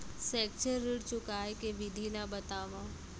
शैक्षिक ऋण चुकाए के विधि ला बतावव